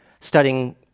studying